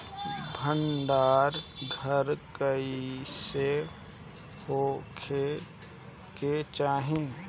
भंडार घर कईसे होखे के चाही?